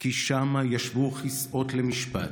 כי שמה ישבו כסאות למשפט,